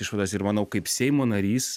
išvadas ir manau kaip seimo narys